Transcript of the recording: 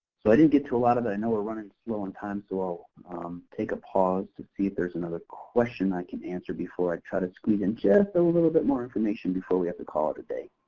so i didn't get to a lot of it. i know we're running slow on time, so i'll take a pause to see if there's another question i can answer before i try to squeeze in just a little bit more information before we have to call it a day.